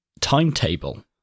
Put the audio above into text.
timetable